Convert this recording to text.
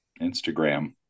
Instagram